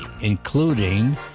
including